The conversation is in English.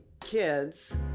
kids